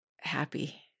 happy